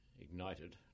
ignited